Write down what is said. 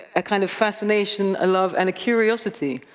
a kind of fascination, a love, and a curiosity,